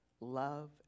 love